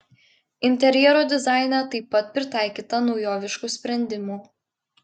interjero dizaine taip pat pritaikyta naujoviškų sprendimų